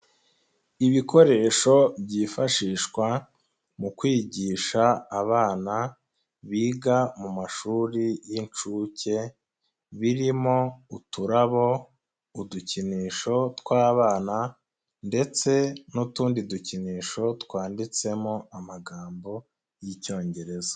Ibikoresho byifashishwa mu kwigisha abana biga mu mashuri y'inshuke, birimo uturabo, udukinisho tw'abana ndetse n'utundi dukinisho twanditsemo amagambo y'icyongereza.